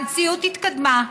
המציאות התקדמה,